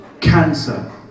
cancer